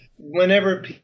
Whenever